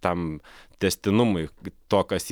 tam tęstinumui to kas